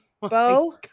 Bo